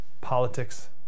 Politics